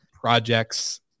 projects